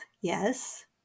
Yes